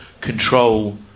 control